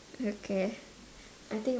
okay I think